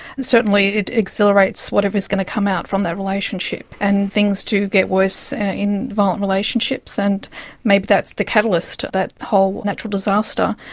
and certainly it accelerates whatever is going to come out from that relationship, and things do get worse in violent relationships, and maybe that's the catalyst, that whole natural disaster,